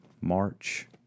March